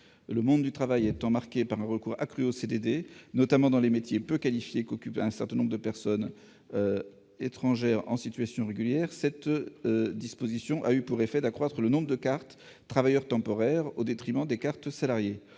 Le monde du travail étant marqué par un recours accru aux CDD, notamment dans les métiers peu qualifiés qu'exercent un certain nombre de personnes étrangères en situation régulière, cette disposition a eu pour effet d'accroître le nombre de cartes de séjour « travailleur temporaire » au détriment des cartes de